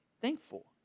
thankful